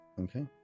Okay